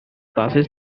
passes